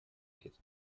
geht